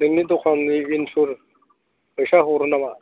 नोंनि दखाननि एजेन्टफोर फैसा हरो नामा